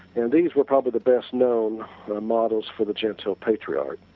and these were probably the best known models for the genteel patriarch,